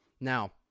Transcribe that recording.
now